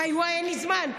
וואי וואי, אין לי זמן.